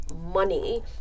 money